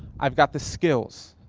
i've got the skills,